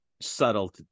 subtle